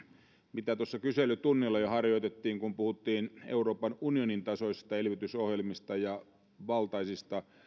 mitä tuossa kyselytunnilla jo harjoitettiin kun puhuttiin euroopan unionin tasoisista elvytysohjelmista ja valtaisista